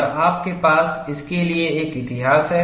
और आपके पास इसके लिए एक इतिहास है